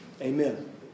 Amen